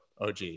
OG